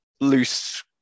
loose